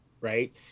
Right